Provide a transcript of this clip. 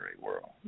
world